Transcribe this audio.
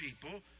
people